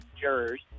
jurors